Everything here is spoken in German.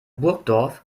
burgdorf